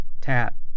tap